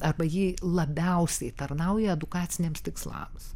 arba ji labiausiai tarnauja edukaciniams tikslams